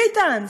ביטן,